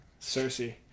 cersei